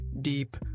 deep